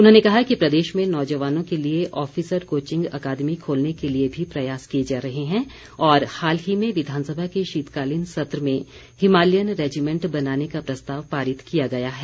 उन्होंने कहा कि प्रदेश में नौजवानों के लिए ऑफिसर कोचिंग अकादमी खोलने के लिए भी प्रयास किए जा रहे हैं और हाल ही में विधानसभा के शीतकालीन सत्र में हिमालयन रेजिमेंट बनाने का प्रस्ताव पारित किया गया है